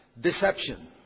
Deception